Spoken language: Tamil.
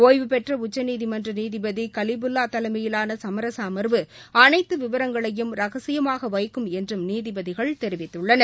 ஒய்வுபெற்ற உச்சநீதிமன்ற நிதிபதி கலிபுல்வா தலைமையிலான சமரச அம்வு அனைத்து விவரங்களையும் ரகசியமாக வைக்கும் என்றும் நீதிபதிகள் தெரிவித்துள்ளனர்